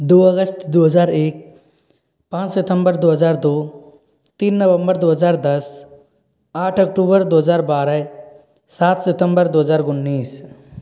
दो हज़ार दो हज़ार एक पाँच सितंबर दो हज़ार दो तीन नवम्बर दो हज़ार दस आठ अक्टूबर दो हज़ार बारह सात सितंबर दो हज़ार उन्नीस